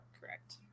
Correct